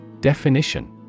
Definition